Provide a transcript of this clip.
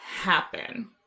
happen